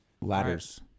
Ladders